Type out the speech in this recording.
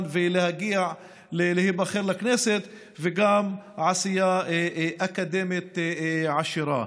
ולהגיע להיבחר לכנסת וגם עשייה אקדמית עשירה.